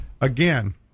Again